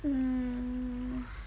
hmm